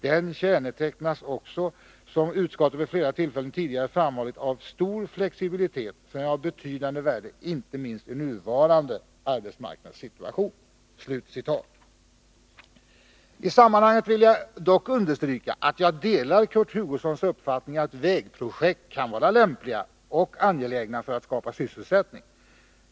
Den kännetecknas också, som utskottet vid flera tillfällen tidigare framhållit, av stor flexibilitet, som är av betydande värde inte minst i nuvarande arbetsmarknadssituation.” I sammanhanget vill jag dock understryka att jag delar Kurt Hugossons uppfattning att vägprojekt kan vara lämpliga och angelägna för att skapa sysselsättning.